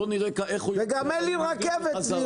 בוא נראה איך הוא יגיע ללימודים וחזרה.